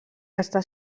està